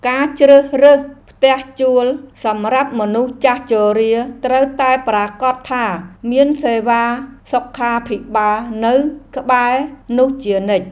ការជ្រើសរើសផ្ទះជួលសម្រាប់មនុស្សចាស់ជរាត្រូវតែប្រាកដថាមានសេវាសុខាភិបាលនៅក្បែរនោះជានិច្ច។